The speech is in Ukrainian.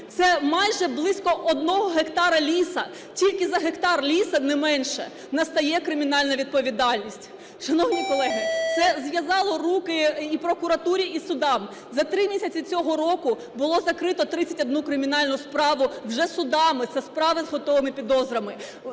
це майже близько 1 гектара лісу. Тільки за гектар лісу, не менше, настає кримінальна відповідальність. Шановні колеги, це зв'язало руки і прокуратурі, і судам. За три місяці цього року було закрито 31 кримінальну справу вже судами, це справи з готовими підозрами.